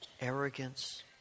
arrogance